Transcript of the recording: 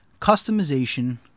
customization